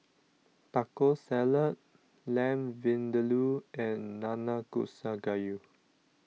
Taco Salad Lamb Vindaloo and Nanakusa Gayu